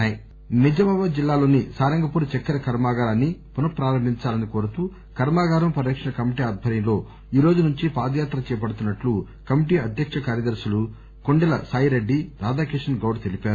PTC Nizamabad చక్కెర కర్మా గారం నిజామాబాద్ జిల్లాలోని సారంగపూర్ చక్కెర కర్మాగారాన్ని పునః ప్రారంభించాలని కోరుతూ కర్మాగారం పరిరక్షణ కమిటీ ఆధ్వర్యంలో ఈరోజు నుంచి పాదయాత్ర చేపడుతు న్నట్లు కమిటీ అధ్యక్ష కార్యదర్శులు కొండెల సాయి రెడ్డిరాధాకిషన్ గౌడ్ తెలిపారు